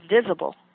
visible